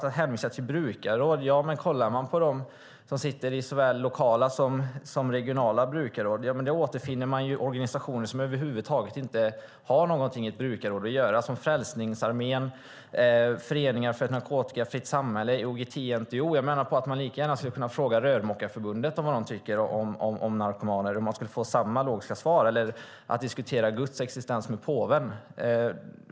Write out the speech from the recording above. Det hänvisas till brukarråd, men om man ser till dem som sitter i såväl lokala som regionala brukarråd återfinner man där organisationer som inte har någonting i ett brukarråd att göra över huvud taget, såsom Frälsningsarmén, föreningen Narkotikafritt samhälle och IOGT-NTO. Man skulle lika gärna kunna fråga rörmokarförbundet vad de tycker om narkomaner eller diskutera Guds existens med påven, och man skulle få samma logiska svar.